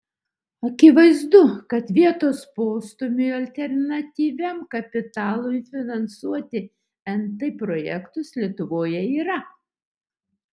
akivaizdu kad vietos postūmiui alternatyviam kapitalui finansuoti nt projektus lietuvoje yra